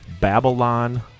Babylon